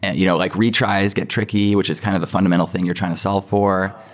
and you know like retries get tricky, which is kind of the fundamental thing you're trying to solve for.